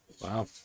wow